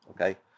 okay